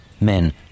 Men